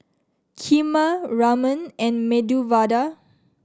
Kheema Ramen and Medu Vada